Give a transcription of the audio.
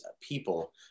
people